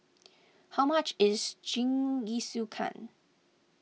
how much is Jingisukan